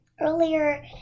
earlier